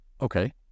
Okay